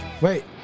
Wait